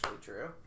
true